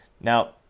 Now